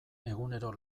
egunero